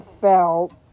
felt